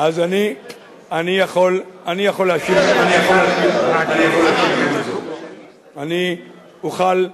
אז אני יכול להשיב רק, אני אוכל,